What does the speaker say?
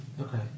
Okay